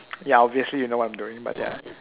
ya obviously you know what I'm doing but ya